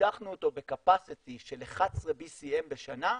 פיתחנו אותו בקפסיטי של 11 BCM בשנה,